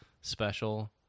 special